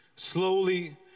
Slowly